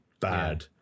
bad